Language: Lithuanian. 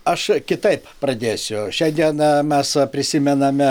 aš kitaip pradėsiu šią dieną mes prisimename